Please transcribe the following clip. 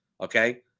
okay